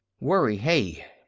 worry, hey!